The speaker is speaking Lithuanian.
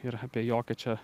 ir apie jokią čia